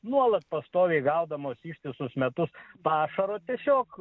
nuolat pastoviai gaudomos ištisus metus pašaro tiesiog